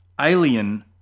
Alien